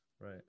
right